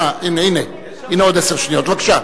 הנה עוד עשר שניות, בבקשה.